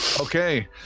Okay